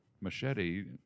machete